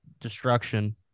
destruction